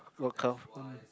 look how